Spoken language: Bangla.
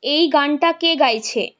এই গানটা কে গাইছে